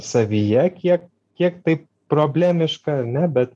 savyje tiek kiek tai problemiška ar ne bet